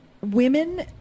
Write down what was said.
women